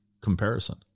comparison